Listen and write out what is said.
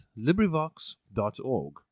librivox.org